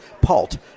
Palt